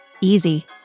easy